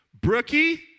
Brookie